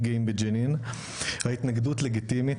גאים בג'נין ההתנגדות לגיטימית,